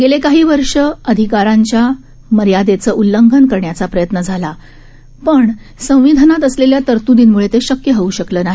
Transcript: गेले काही वर्ष अधिकारांच्या मर्यादेचं उल्लंघन करण्याचा प्रयत्न झाला पण संविधानात असलेल्या तरतुदींमुळे ते शक्य होऊ शकलं नाही